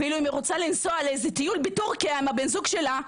אפילו אם היא רוצה לנסוע לטיול בטורקיה עם הבן זוג שלה,